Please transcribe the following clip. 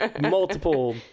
multiple